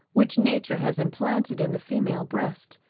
which nature has implanted in the female breast,